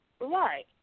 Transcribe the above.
right